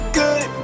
good